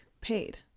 paid